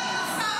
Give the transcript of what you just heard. אדוני השר,